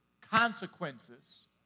consequences